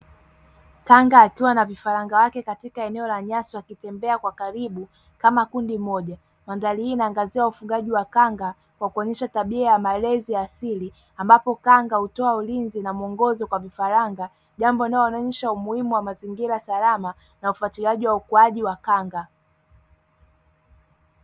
Kanga akiwa na vifaranga wake katika eneo la nyasi wakitembea kwa karibu kama kundi moja. Mandhari hii inaangazia ufugaji wa kanga kwa kuonyesha tabia ya malezi asili ambapo kanga hutoa ulinzi na mwongozo kwa vifaranga, jambo linaloonyesha umuhimu wa mazingira salama na ufuatiliaji wa ukuaji wa kanga.